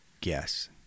guess